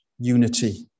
unity